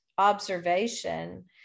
observation